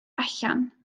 allan